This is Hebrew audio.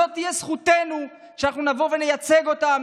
זו תהיה זכותנו שאנחנו נייצג אותם,